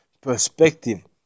perspective